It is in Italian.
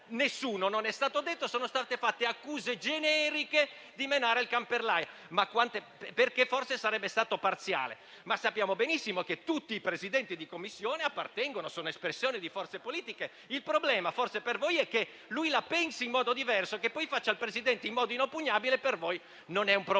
nessuno! Non è stato detto, ma sono state fatte accuse generiche di menare il can per l'aia, perché forse sarebbe stato parziale. Sappiamo però benissimo che tutti i Presidenti di Commissione appartengono e sono espressione di forze politiche. Colleghi, forse il problema per voi è che la pensi in modo diverso: che poi faccia il Presidente in modo inoppugnabile, per voi non è un problema.